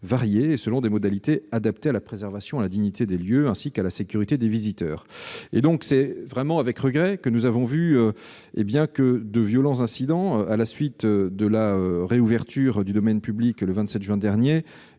varié et selon des modalités adaptées à la préservation et à la dignité des lieux, ainsi qu'à la sécurité des visiteurs. C'est donc véritablement à regret que de violents incidents survenus à la suite de la réouverture du domaine public, le 27 juin dernier,